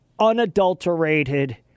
unadulterated